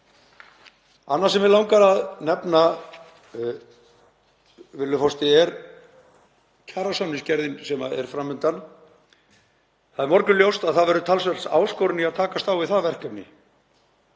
Annað sem mig langar að nefna, virðulegur forseti, er kjarasamningsgerðin sem er fram undan. Það er morgunljóst að það verður talsverð áskorun að takast á við það verkefni.